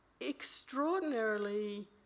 extraordinarily